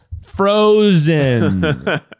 frozen